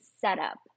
setup